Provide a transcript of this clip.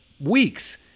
weeks